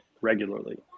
regularly